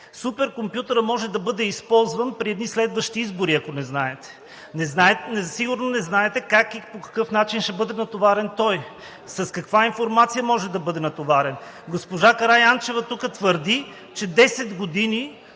Суперкомпютърът може да бъде използван при едни следващи избори, ако не знаете. Сигурно не знаете как и по какъв начин ще бъде натоварен той. С каква информация може да бъде натоварен. Госпожа Караянчева тук твърди, че 10 години